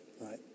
Right